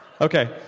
Okay